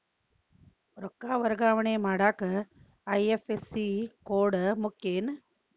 ರೊಕ್ಕ ವರ್ಗಾವಣೆ ಮಾಡಾಕ ಐ.ಎಫ್.ಎಸ್.ಸಿ ಕೋಡ್ ಮುಖ್ಯ ಏನ್